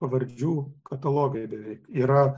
pavardžių katalogai beveik yra